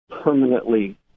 permanently